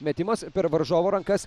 metimas per varžovo rankas